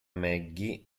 maggie